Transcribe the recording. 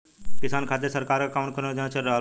किसान खातिर सरकार क कवन कवन योजना चल रहल बा?